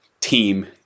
team